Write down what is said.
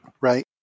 Right